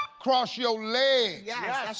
cross your legs. yeah yes.